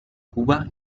cuba